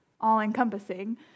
all-encompassing